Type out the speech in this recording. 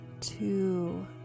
two